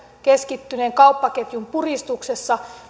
keskittyneen kauppaketjun puristuksessa